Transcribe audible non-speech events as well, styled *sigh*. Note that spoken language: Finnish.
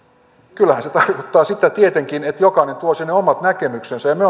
kyllähän se tarkoittaa sitä tietenkin että jokainen tuo sinne omat näkemyksensä ja me *unintelligible*